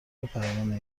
پروانه